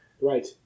Right